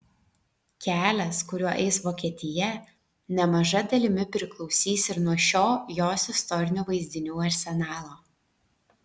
kelias kuriuo eis vokietija nemaža dalimi priklausys ir nuo šio jos istorinių vaizdinių arsenalo